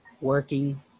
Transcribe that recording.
working